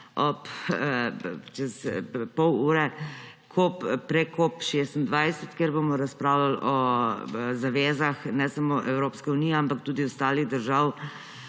čez pol ure Pre-COP26, kjer bomo razpravljali o zavezah ne samo Evropske unije, ampak tudi ostalih držav